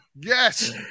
yes